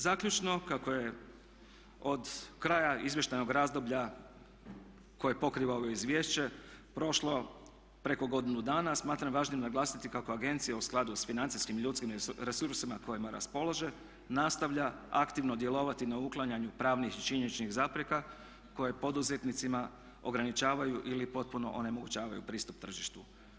Zaključno kako je od kraja izvještajnog razdoblja koje pokriva ovo izvješće prošlo preko godinu dana smatram važnim naglasiti kako agencija u skladu sa financijskim i ljudskim resursima kojima raspolaže nastavlja aktivno djelovati na uklanjanju pravnih i činjeničnih zapreka koje poduzetnicima ograničavaju ili potpuno onemogućavaju pristup tržištu.